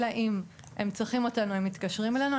אלא אם הם צריכים אותנו ואז הם מתקשרים אלינו.